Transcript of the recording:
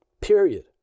period